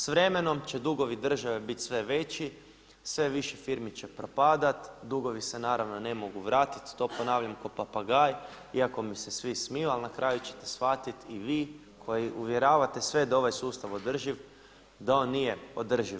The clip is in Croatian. S vremenom će dugovi države biti sve veći, sve više firmi će propadat, dugovi se naravno ne mogu vratiti to ponavljam ko papagaj iako mi se svi smiju, ali na kraju ćete shvatiti i vi koji uvjeravate sve da je ovaj sustav održiv da on nije održiv.